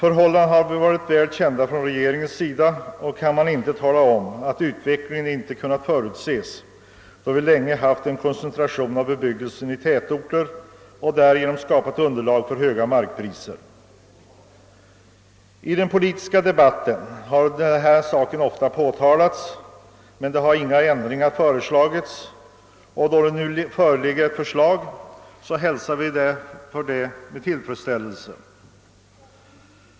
Regeringen har känt till dessa förhållanden och man kan inte säga att utvecklingen inte har kunnat förutses, då vi länge haft en koncentration av bebyggelse i tätorter och därigenom skapat underlag för höga markpriser. I den politiska debatten har denna sak ofta påtalats, men ingen ändring har föreslagits. Då nu ett förslag föreligger, hälsar vi detta med tillfredsställelse.